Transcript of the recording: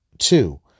Two